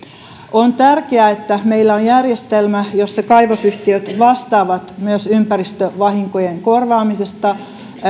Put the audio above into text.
on tärkeää että meillä on järjestelmä jossa kaivosyhtiöt vastaavat myös ympäristövahinkojen korvaamisesta